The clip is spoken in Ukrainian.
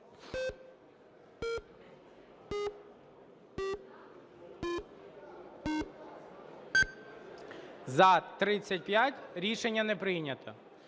За-35 Рішення не прийнято.